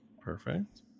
perfect